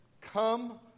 Come